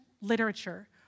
literature